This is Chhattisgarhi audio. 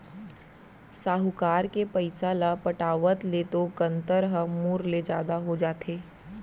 साहूकार के पइसा ल पटावत ले तो कंतर ह मूर ले जादा हो जाथे